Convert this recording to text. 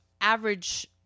average